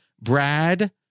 Brad